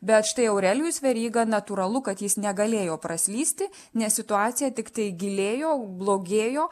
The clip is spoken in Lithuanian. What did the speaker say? bet štai aurelijus veryga natūralu kad jis negalėjo praslysti nes situacija tiktai gilėjo blogėjo